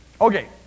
Okay